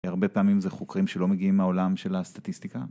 הרבה פעמים זה חוקרים שלא מגיעים מהעולם של הסטטיסטיקה.